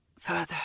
further